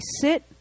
sit